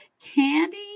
Candy